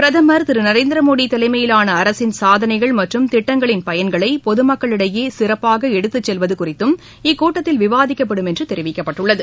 பிரதமர் திரு நரேந்திரமோடி தலைமையிலான அரசின் சாதனைகள் மற்றும் திட்டங்களின் பயன்களை பொதுமக்களிடையே சிறப்பாக எடுத்துச் செல்வது குறித்தும் இக்கூட்டத்தில் விவாதிக்கப்படும் என்று தெரிவிக்கப்பட்டுள்ளது